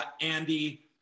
Andy